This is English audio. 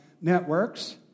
networks